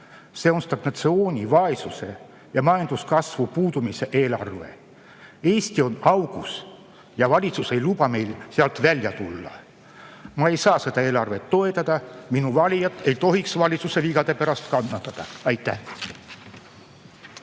See on stagnatsiooni, vaesuse ja majanduskasvu puudumise eelarve. Eesti on augus ja valitsus ei luba meil sealt välja tulla. Ma ei saa seda eelarvet toetada. Minu valijad ei tohiks valitsuse vigade pärast kannatada. Aitäh!